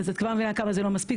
אז את כבר מבינה כמה זה לא מספיק.